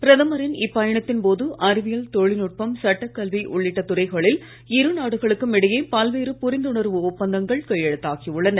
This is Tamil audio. பிரதமரின் இப்பயணத்தின் போது அறிவியல் தொழில்நுட்பம் சட்டக்கல்வி உள்ளிட்ட துறைகளில் இருநாடுகளுக்கும் இடையே பல்வேறு புரிந்துணர்வு ஒப்பந்தங்கள் கையெழுத்தாகி உள்ளன